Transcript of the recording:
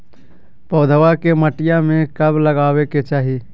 पौधवा के मटिया में कब लगाबे के चाही?